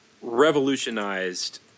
revolutionized